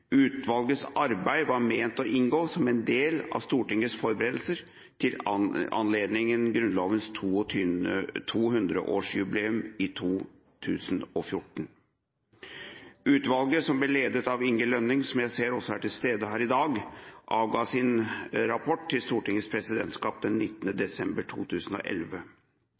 Utvalgets arbeid var ment å inngå som en del av Stortingets forberedelser i anledning av Grunnlovens 200-årsjubileum i 2014. Utvalget som ble ledet av Inge Lønning, som jeg ser også er til stede her i dag, avga sin rapport til Stortingets presidentskap den 19. desember 2011.